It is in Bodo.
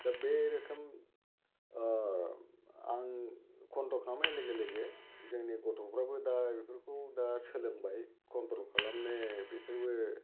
दा बे रोखोम आं कन्ट्र'ल खालामनाय लोगो लोगो जोंनि गथ'फ्राबो दा बेफोरखौ दा सोलोंबाय कन्ट्र'ल खालामनो बिसोरबो